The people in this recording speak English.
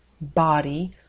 body